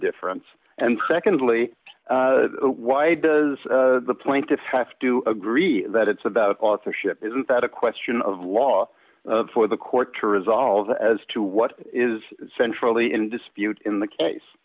difference and secondly why does the plaintiffs have to agree that it's about authorship isn't that a question of law for the court to resolve as to what is centrally in dispute in the case